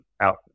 out